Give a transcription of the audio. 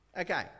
okay